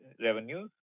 revenues